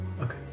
Okay